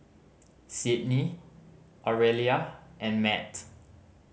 Sydni Aurelia and Matt